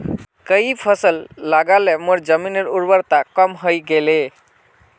कई फसल लगा ल मोर जमीनेर उर्वरता कम हई गेले